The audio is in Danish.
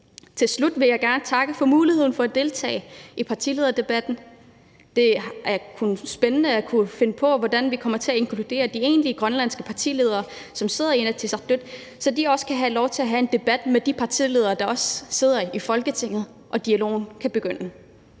Til slut vil jeg gerne takke for muligheden for at deltage i partilederdebatten. Det kunne være spændende at finde ud af, hvordan vi kunne inkludere de egentlige grønlandske partiledere, som sidder i Inatsisartut, så de også kunne få lov til at have en debat med de partiledere, der sidder i Folketinget, og dialogen kunne begynde.